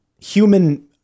human